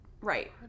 Right